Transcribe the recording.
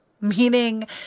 Meaning